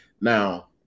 now